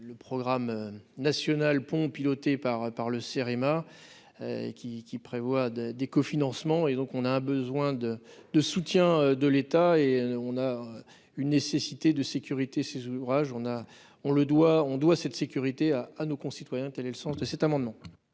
le programme national pont pilotée par par le CEREMA, qui, qui prévoit des cofinancements et donc on a un besoin de de soutien de l'État, et on a une nécessité de sécurité ces ouvrages, on a, on le doit, on doit cette sécurité à nos concitoyens le sens de cet amendement.